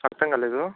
అర్ధం కాలేదు